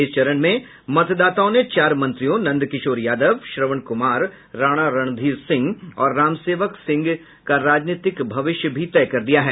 इस चरण में मतदाओं ने चार मंत्रियों नन्द किशोर यादव श्रवण कुमार राणा रणधीर और रामसेवक सिंह का राजनीतिक भविष्य भी तय कर दिया है